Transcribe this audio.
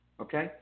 okay